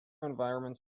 environments